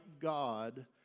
God